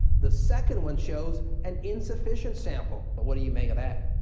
the second one shows an insufficient sample. but what do you make of that?